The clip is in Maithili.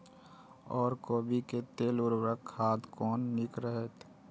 ओर कोबी के लेल उर्वरक खाद कोन नीक रहैत?